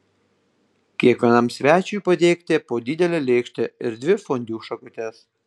kiekvienam svečiui padėkite po didelę lėkštę ir dvi fondiu šakutes